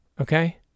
okay